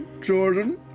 Jordan